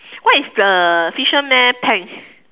what is the fisherman pants